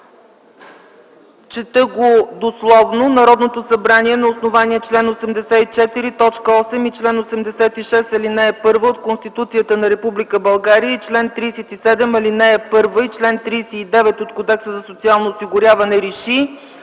чета го дословно: „Народното събрание на основание чл. 84, т. 8 и чл. 86, ал. 1 от Конституцията на Република България и чл. 37, ал. 1 и чл. 39 от Кодекса за социално осигуряване реши: